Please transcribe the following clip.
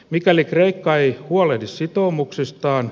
mikäli kreikka ei huoleta sitoumuksistaan